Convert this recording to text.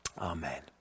Amen